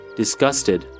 disgusted